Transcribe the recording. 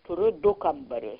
turiu du kambarius